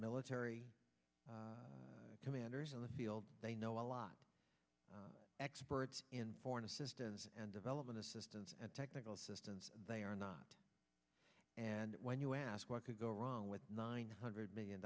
military commanders in the field they know a lot of experts in foreign assistance and development assistance and technical assistance they are not and when you ask what could go wrong with nine hundred million